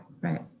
right